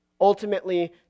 Ultimately